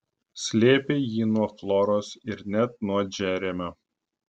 slėpė jį nuo floros ir net nuo džeremio